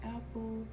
Apple